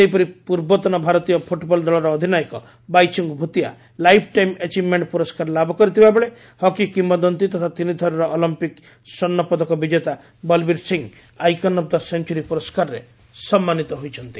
ସେହିପରି ପୂର୍ବତନ ଭାରତୀୟ ଫୁଟବଲ ଦଳର ଅଧିନାୟକ Baichung Bhutia lifetime achievement ପୁରସ୍କାର ଲାଭ କରିଥିବା ବେଳେ ହକି କିମ୍ବଦନ୍ତୀ ତଥା ତିନିଥରର ଅଲିମ୍ପିକ୍ ସ୍ୱର୍ଣ୍ଣ ପଦକ ବିଜେତା Balbir Singh icon of the century ପୁରସ୍କାରରେ ସମ୍ମାନିତ ହୋଇଛନ୍ତି